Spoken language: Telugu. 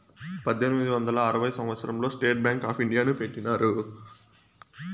పద్దెనిమిది వందల ఆరవ సంవచ్చరం లో స్టేట్ బ్యాంక్ ఆప్ ఇండియాని పెట్టినారు